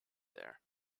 there